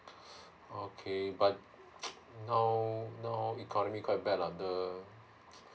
okay but now now economy quite bad lah the